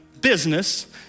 business